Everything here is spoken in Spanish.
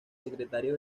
secretario